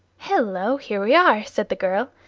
hallo! here we are! said the girl.